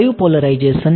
કયું પોલેરાઝેશન